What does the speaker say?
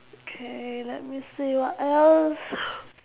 K let me see what else